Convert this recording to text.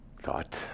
thought